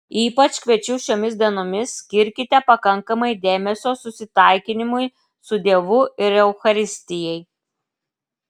ypač kviečiu šiomis dienomis skirkite pakankamai dėmesio susitaikinimui su dievu ir eucharistijai